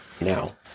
now